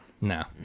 no